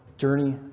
journey